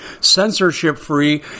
censorship-free